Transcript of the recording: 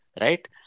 right